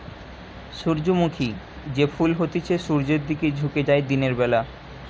সূর্যমুখী যে ফুল হতিছে সূর্যের দিকে ঝুকে যায় দিনের বেলা